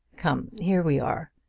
come here we are.